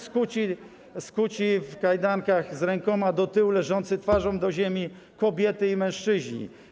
Skuci, w kajdankach, z rękoma do tyłu, leżący twarzą do ziemi kobiety i mężczyźni.